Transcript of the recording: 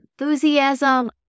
enthusiasm